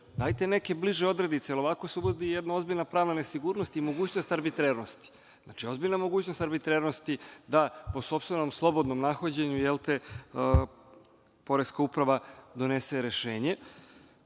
Dajte neke bliže odredice, jer ovako se uvodi jedna ozbiljna prava nesigurnost i mogućnost arbitrarnosti. Znači, ozbiljna mogućnost arbitrarnosti da, po sopstvenom, slobodnom nahođenju, poreska uprava donese rešenje,